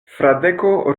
fradeko